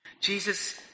Jesus